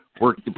work